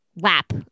lap